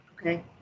Okay